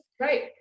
right